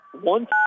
One